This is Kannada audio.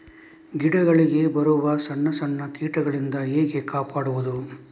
ಗಿಡಗಳಿಗೆ ಬರುವ ಸಣ್ಣ ಸಣ್ಣ ಕೀಟಗಳಿಂದ ಹೇಗೆ ಕಾಪಾಡುವುದು?